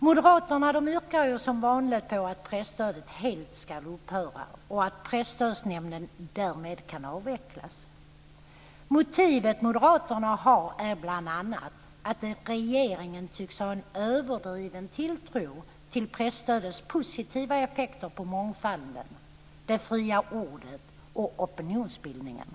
Moderaterna yrkar, som vanligt, på att presstödet helt ska upphöra och på att Presstödsnämnden därmed kan avvecklas. Moderaternas motiv är bl.a. att regeringen tycks ha en överdriven tilltro till presstödets positiva effekter på mångfalden, det fria ordet och opinionsbildningen.